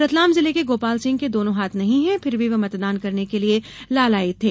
रतलाम जिले के गोपाल सिंह के दोनों हाथ नहीं हैं फिर भी वे मतदान करने के लिये लालायित थे